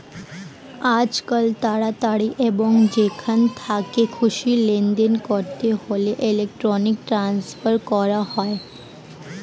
আজকাল তাড়াতাড়ি এবং যেখান থেকে খুশি লেনদেন করতে হলে ইলেক্ট্রনিক ট্রান্সফার করা হয়